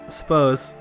suppose